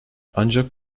ancak